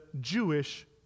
Jewish